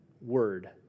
word